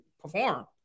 perform